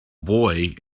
boy